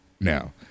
now